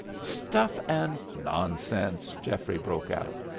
stuff and nonsense! geoffrey broke out.